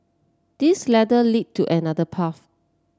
this ladder lead to another path